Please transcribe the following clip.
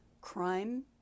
crime